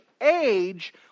age